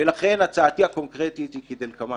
ולכן הצעתי הקונקרטית היא כדלקמן